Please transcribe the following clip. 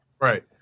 Right